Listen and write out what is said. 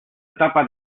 etapa